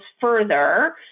further